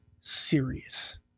serious